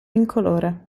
incolore